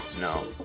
no